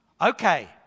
Okay